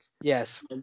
Yes